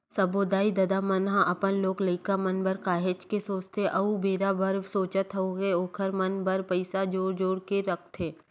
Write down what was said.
सब्बो दाई ददा मन ह अपन लोग लइका मन बर काहेच के सोचथे आघु बेरा बर सोचत होय ओखर मन बर पइसा जोर जोर के रखथे